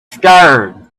scared